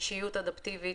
שיוט אדפטיבי,